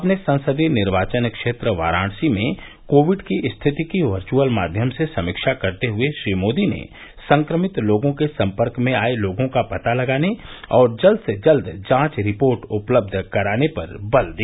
अपने संसदीय निर्वाचन क्षेत्र वाराणसी में कोविड की स्थिति की वर्घुअल माध्यम से समीक्षा करते हए श्री मोदी ने संक्रमित लोगों क ेसंपर्क में आये लोगों का पता लगाने और जल्द से जल्द जांच रिपोर्ट उपलब्ध कराने पर बल दिया